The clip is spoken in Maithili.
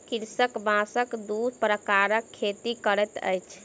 कृषक बांसक दू प्रकारक खेती करैत अछि